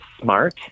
smart